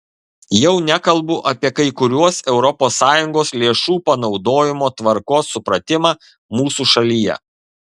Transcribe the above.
jau nekalbu apie kai kuriuos europos sąjungos lėšų panaudojimo tvarkos supratimą mūsų šalyje